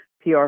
PR